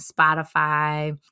Spotify